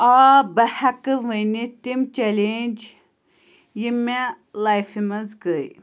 آ بہٕ ہٮ۪کہٕ ؤنِتھ تِم چلینٛج یِم مےٚ لایفہِ منٛز گٔے